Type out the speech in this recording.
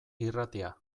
irratia